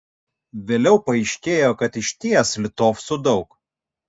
vėliau paaiškėjo kad išties litovcų daug